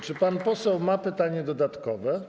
Czy pan poseł ma pytanie dodatkowe?